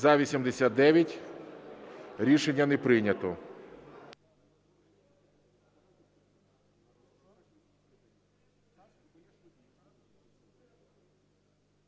За – 296. Рішення не прийнято.